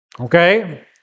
Okay